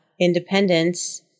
independence